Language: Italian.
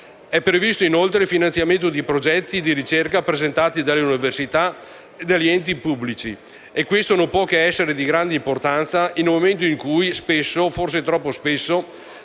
È previsto inoltre il finanziamento di progetti di ricerca presentati dalle università e dagli enti pubblici di ricerca e questo non può che essere di grande importanza in un momento in cui spesso, e forse troppo spesso,